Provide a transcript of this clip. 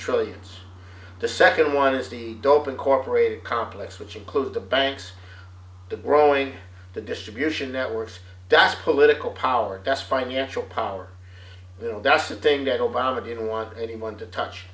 trillions the second one is the dope incorporated complex which includes the banks the growing the distribution networks that political power desk financial power you know that's the thing that obama didn't want anyone to touch